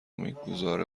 میگذاره